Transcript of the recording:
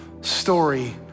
story